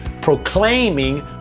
proclaiming